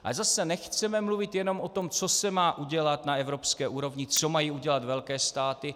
Ale zase nechceme mluvit jenom o tom, co se má udělat na evropské úrovni, co mají udělat velké státy.